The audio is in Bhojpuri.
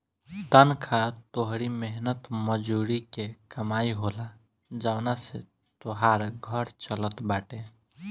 तनखा तोहरी मेहनत मजूरी के कमाई होला जवना से तोहार घर चलत बाटे